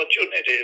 opportunities